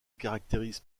caractérise